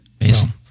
Amazing